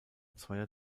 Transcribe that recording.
zweier